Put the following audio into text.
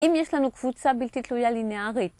אם יש לנו קבוצה בלתי תלויה לינארית